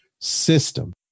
system